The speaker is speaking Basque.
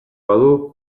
badu